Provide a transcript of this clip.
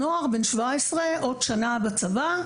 נוער בן 17, שעוד שנה בצבא.